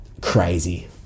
crazy